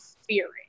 spirit